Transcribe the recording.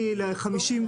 כן, כן.